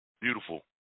Beautiful